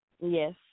Yes